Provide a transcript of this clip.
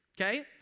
okay